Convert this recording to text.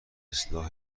اصلاح